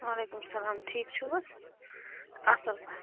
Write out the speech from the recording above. وعلیکُم سلام ٹھیٖک چھُو حظ اَصٕل پٲٹھۍ